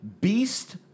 Beast